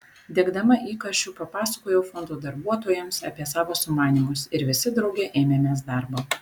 degdama įkarščiu papasakojau fondo darbuotojams apie savo sumanymus ir visi drauge ėmėmės darbo